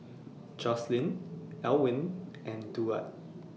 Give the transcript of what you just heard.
Joslyn Elwyn and Duard